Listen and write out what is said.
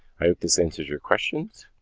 i hope this answers your questions.